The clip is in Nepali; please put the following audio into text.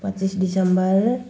पच्चिस डिसेम्बर